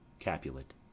Capulet